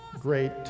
great